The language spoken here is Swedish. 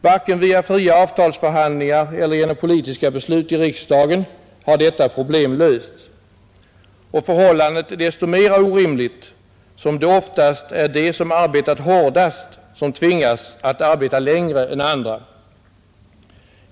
Varken via fria avtalsförhandlingar eller genom politiska beslut i riksdagen har detta problem lösts. — Förhållandet är desto mera orimligt som det oftast är de som arbetat hårdast som tvingas att arbeta längre än andra.